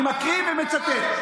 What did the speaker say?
אני מקריא ומצטט.